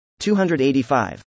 285